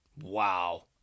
Wow